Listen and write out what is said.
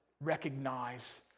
recognize